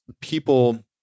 people